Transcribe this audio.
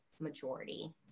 majority